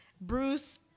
bruce